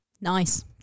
Nice